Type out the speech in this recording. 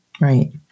Right